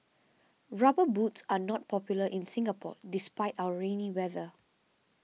rubber boots are not popular in Singapore despite our rainy weather